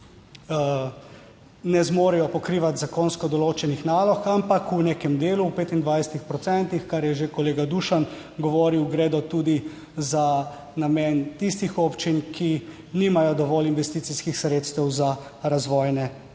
ne zmorejo pokrivati zakonsko določenih nalog, ampak v nekem delu, v 25 procentih, kar je že kolega Dušan govoril, gredo tudi za namen tistih občin, ki nimajo dovolj investicijskih sredstev za razvojne potrebe.